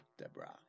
Debra